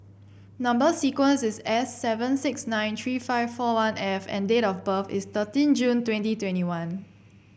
number sequence is S seven six nine three five four one F and date of birth is thirteen June twenty twenty one